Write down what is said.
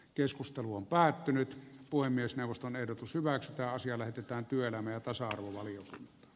keskustelu on päättynyt puhemiesneuvoston ehdotus hyväksytä asia lähetetään työelämän osapuoli on